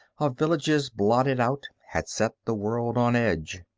of villages blotted out, had set the world on edge.